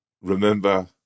remember